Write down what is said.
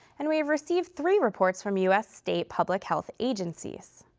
and we have received three reports from u s. state public-health agencies.